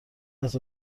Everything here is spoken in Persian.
است